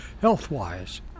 health-wise